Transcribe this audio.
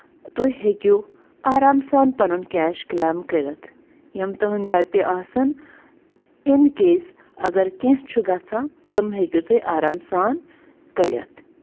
تُہۍ ہیٚکِو آرام سان پَنُن کیش کٕلیم کٔرِتھ یِم تُہُنٛدۍ رۄپیہِ آسَن اِن کیس اَگر کیٚنٛہہ چھُ گژھان تِم ہیٚکِو تُہۍ آرام سان کٔڑِتھ